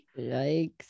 Yikes